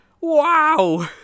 Wow